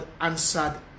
answered